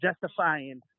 justifying